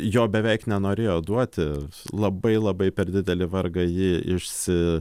jo beveik nenorėjo duoti labai labai per didelį vargą ji išsi